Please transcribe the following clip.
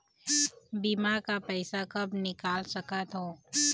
बीमा का पैसा कब निकाल सकत हो?